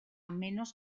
menos